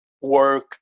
work